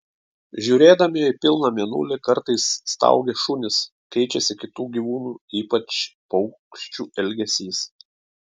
žiūrėdami į pilną mėnulį kartais staugia šunys keičiasi kitų gyvūnų ypač paukščių elgesys